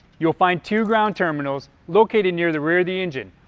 you will find two ground terminals located near the rear of the engine.